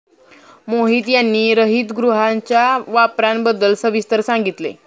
मोहित यांनी हरितगृहांच्या प्रकारांबद्दल सविस्तर सांगितले